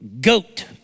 Goat